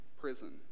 prison